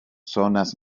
zonas